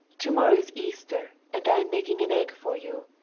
tomorrow is easter and i am making an egg for you.